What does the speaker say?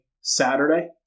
Saturday